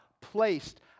placed